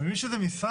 אבל יש איזה משרד,